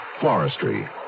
forestry